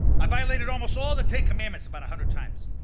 i violated almost all the ten commandments about a hundred times.